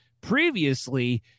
previously